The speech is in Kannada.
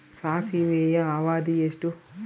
ಸಾಸಿವೆಯ ಅವಧಿ ಎಷ್ಟು?